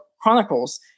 chronicles